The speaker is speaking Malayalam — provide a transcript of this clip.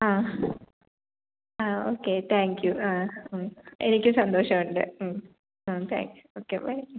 ആ ആ ഓക്കെ താങ്ക് യൂ ആ എനിക്കും സന്തോഷം ഉണ്ട് ആ താങ്ക്സ് ഓക്കെ ബൈ